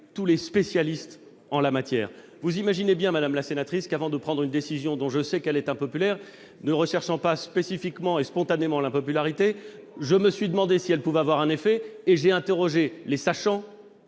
tous les spécialistes en la matière. Vous imaginez bien, madame la sénatrice, qu'avant de prendre une décision dont je sais qu'elle est impopulaire, ne recherchant pas spécifiquement et spontanément l'impopularité, je me suis demandé si elle pouvait avoir un effet et j'ai interrogé les sachants,